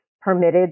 permitted